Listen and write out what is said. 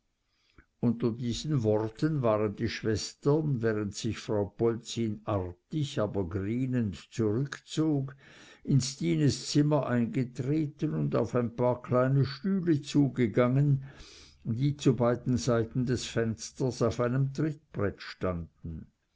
unter diesen worten waren die schwestern während sich frau polzin artig aber grienend zurückzog in stines zimmer eingetreten und auf ein paar kleine stühle zugegangen die zu beiden seiten des fensters auf einem trittbrett standen